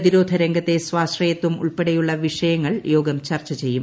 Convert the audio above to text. പ്രതിരോധ രംഗത്തെ സ്വാശ്രയത്വം ഉൾപ്പെടെയുള്ള വിഷയങ്ങൾ യോഗം ചർച്ച ചെയ്യും